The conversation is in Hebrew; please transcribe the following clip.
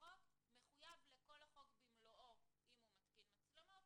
החוק מחויב לכל החוק במלואו אם הוא מתקין מצלמות,